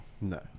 No